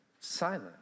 Silent